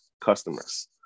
customers